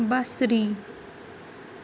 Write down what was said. بصری